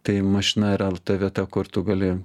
tai mašina yra ta vieta kur tu gali